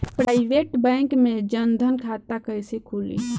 Private bank मे जन धन खाता कैसे खुली?